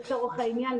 לצורך העניין,